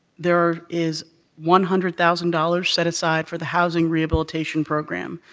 there is one hundred thousand dollars set aside for the housing rehabilitation program.